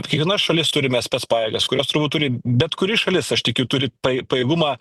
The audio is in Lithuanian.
kiekvienoj šalis turime spec pajėgas kurios turbūt turi bet kuri šalis aš tikiu turi paj pajėgumą